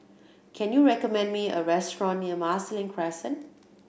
can you recommend me a restaurant near Marsiling Crescent